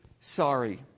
sorry